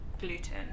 gluten